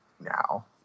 now